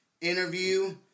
interview